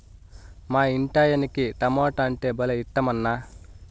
మా ఇంటాయనకి టమోటా అంటే భలే ఇట్టమన్నా